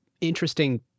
interesting